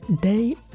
Day